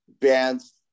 bands